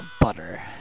butter